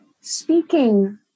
Speaking